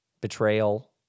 betrayal